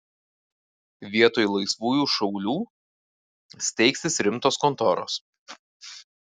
vietoj laisvųjų šaulių steigsis rimtos kontoros